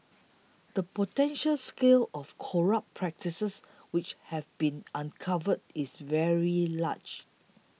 the potential scale of corrupt practices which have been uncovered is very large